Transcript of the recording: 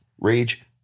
rage